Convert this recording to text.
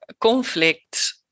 conflict